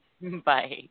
Bye